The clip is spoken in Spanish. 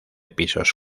pisos